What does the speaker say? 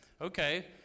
Okay